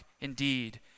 indeed